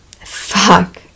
fuck